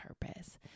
purpose